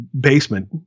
basement